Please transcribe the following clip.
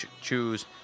choose